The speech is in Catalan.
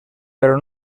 però